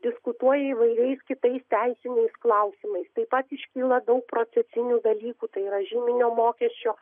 diskutuoja įvairiais kitais teisiniais klausimais taip pat iškyla daug procesinių dalykų tai yra žyminio mokesčio